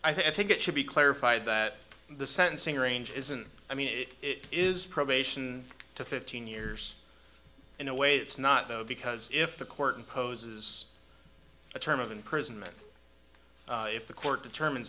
i think it should be clarified that the sentencing range isn't i mean it is probation to fifteen years in a way it's not though because if the court imposes a term of imprisonment if the court determines